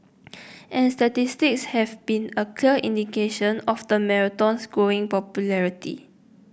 and statistics have been a clear indication of the marathon's growing popularity